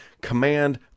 Command